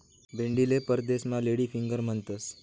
भेंडीले परदेसमा lady finger म्हणतंस